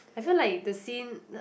have you like the scene